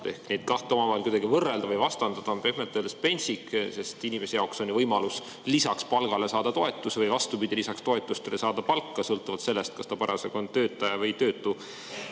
Neid kahte omavahel kuidagi võrrelda või vastandada on pehmelt öeldes pentsik, sest inimesel on ju võimalus lisaks palgale saada toetust või vastupidi, lisaks toetusele saada palka, sõltuvalt sellest, kas ta on parasjagu töötaja või töötu